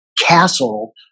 castle